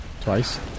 Twice